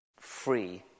free